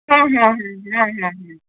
হ্যাঁ হ্যাঁ হ্যাঁ হ্যাঁ হ্যাঁ হ্যাঁ